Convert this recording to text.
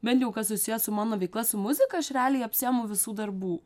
bent jau kas susiję su mano veikla su muzika aš realiai apsiemu visų darbų